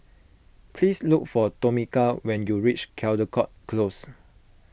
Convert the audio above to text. please look for Tomeka when you reach Caldecott Close